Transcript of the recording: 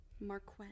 Marquette